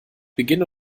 beginn